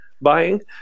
buying